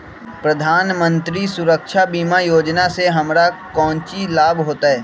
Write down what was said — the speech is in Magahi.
प्रधानमंत्री सुरक्षा बीमा योजना से हमरा कौचि लाभ होतय?